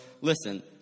listen